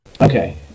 Okay